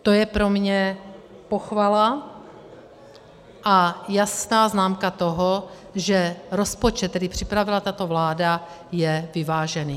To je pro mě pochvala a jasná známka toho, že rozpočet, který připravila tato vláda, je vyvážený.